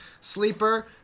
Sleeper